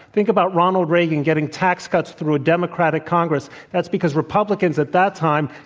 think about ronald reagan getting tax cuts through a democratic congress. that's because republicans, at that time,